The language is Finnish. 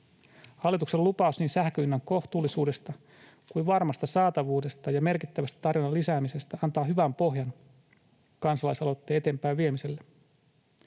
Hallituksen lupaus niin sähkön hinnan kohtuullisuudesta kuin varmasta saatavuudesta ja merkittävästä tarjonnan lisäämisestä antaa hyvän pohjan kansalaisaloitteen eteenpäinviemiselle.